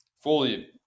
fully